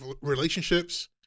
relationships